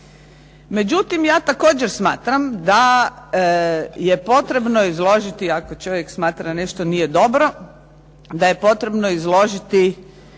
Međutim, ja također smatram da je potrebno izložiti, ako čovjek smatra nešto nije dobro, da je potrebno izložiti